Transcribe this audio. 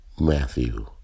Matthew